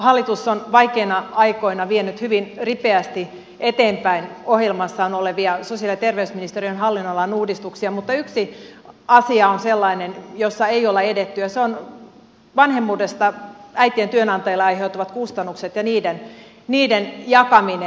hallitus on vaikeina aikoina vienyt hyvin ripeästi eteenpäin ohjelmassaan olevia sosiaali ja terveysministeriön hallinnonalan uudistuksia mutta yksi asia on sellainen jossa ei olla edetty ja se on vanhemmuudesta äitien työnantajille aiheutuvat kustannukset ja niiden jakaminen